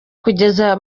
kugeza